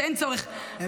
שאין צורך,